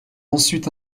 ensuite